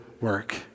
work